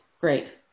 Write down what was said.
Great